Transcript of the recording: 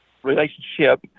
relationship